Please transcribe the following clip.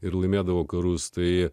ir laimėdavo karus tai